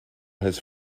has